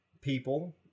people